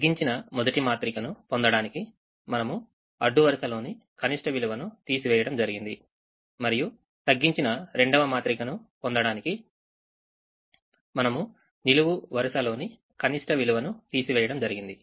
తగ్గించిన మొదటి మాత్రికను పొందడానికి మనము అడ్డు వరుసలోని కనిష్ట విలువను తీసివేయడం జరిగింది మరియు తగ్గించిన రెండవ మాత్రికను పొందడానికి మనము నిలువు వరుసలోని కనిష్ట విలువను తీసివేయడం జరిగింది